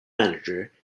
manager